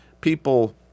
people